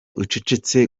ucecetse